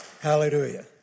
Hallelujah